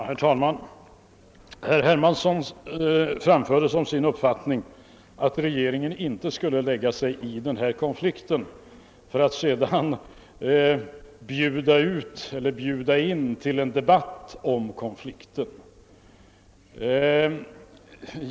Herr talman! Herr Hermansson framförde som sin uppfattning, att regeringen inte skulle lägga sig i denna konflikt, för att sedan bjuda in till en debatt om konflikten.